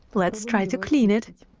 let's try to clean it.